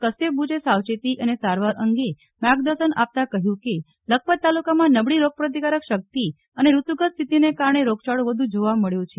કશ્યપ બૂચે સાવચેતી અને સારવાર અંગે માર્ગદર્શન આપતા કહ્યું કે લખપત તાલુકામાં નબળી રોગપ્રતિકારક શક્તિ અંગે ઋતુગતસ્થિતિને કારણે રોગચાળો વધુ જોવા મળ્યો છે